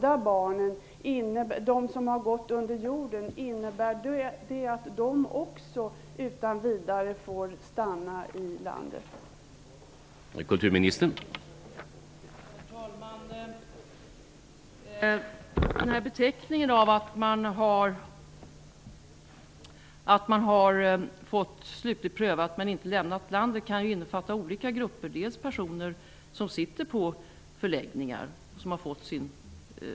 Innebär det att de som har gått under jorden också får stanna i landet utan vidare?